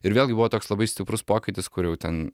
ir vėlgi buvo toks labai stiprus pokytis kur jau ten